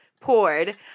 poured